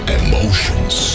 emotions